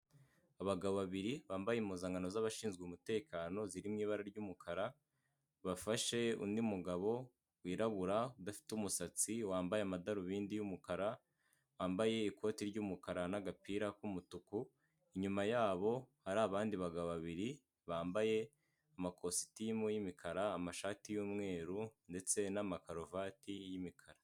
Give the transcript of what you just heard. Abagabo babiri bambaye impuzankanro zabashinzwe umutekano, ziri mu ibara ry'umukara, bafashe undi mugabo wirabura udafite umusatsi, wambaye amadarubindi yumukara wambaye ikoti ry'umukara, nagapira k'umutuku inyuma yabo hari abandi bagabo babiri bambaye amakositimu y'imikara amashati y'umweru ndetse nama karuvati y'imikara.